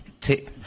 take